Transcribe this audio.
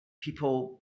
people